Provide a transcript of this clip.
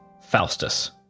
Faustus